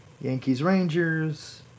Yankees-Rangers